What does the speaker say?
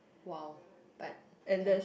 !wow! but ya